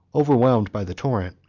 overwhelmed by the torrent,